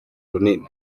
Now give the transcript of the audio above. runini